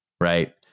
Right